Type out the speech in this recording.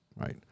right